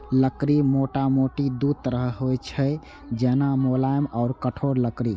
लकड़ी मोटामोटी दू तरहक होइ छै, जेना, मुलायम आ कठोर लकड़ी